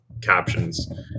captions